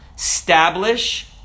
establish